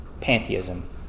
Pantheism